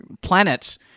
planet's